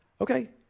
Okay